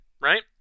right